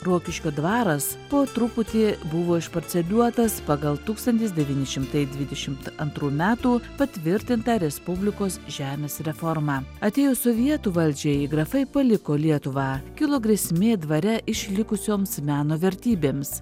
rokiškio dvaras po truputį buvo išparceliuotas pagal tūkstantis devyni šimtai dvidešimt antrų metų patvirtintą respublikos žemės reformą atėjus sovietų valdžiai grafai paliko lietuvą kilo grėsmė dvare išlikusioms meno vertybėms